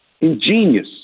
Ingenious